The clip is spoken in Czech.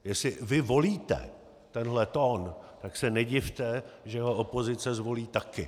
Jestli vy volíte tenhle tón, tak se nedivte, že ho opozice zvolí taky.